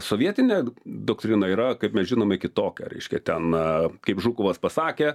sovietinė doktrina yra kaip mes žinome kitokia reiškia ten na kaip žukovas pasakė